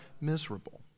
miserable